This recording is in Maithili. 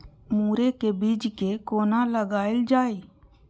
मुरे के बीज कै कोना लगायल जाय?